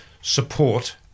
support